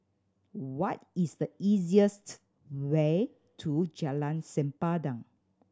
what is the easiest way to Jalan Sempadan